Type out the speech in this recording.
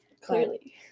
clearly